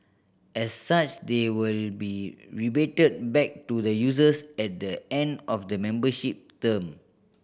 as such they will be rebated back to the users at the end of the membership term